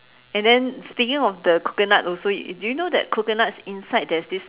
and then speaking of the coconut also do you know that coconut's inside there's this